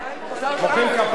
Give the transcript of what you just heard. מוחאים כפיים.